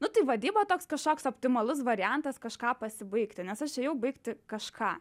nu tai vadyba toks kažkoks optimalus variantas kažką pasibaigti nes aš ėjau baigti kažką